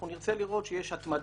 אנחנו נרצה לראות שיש התמדה,